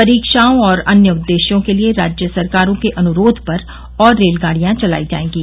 परिक्षाओं और अन्य उद्देश्यों के लिए राज्य सरकारों के अनुरोघ पर और रेलगाडियां चलाई जाएंगी